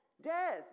Death